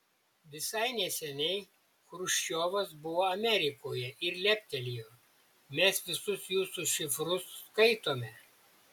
visai neseniai chruščiovas buvo amerikoje ir leptelėjo mes visus jūsų šifrus skaitome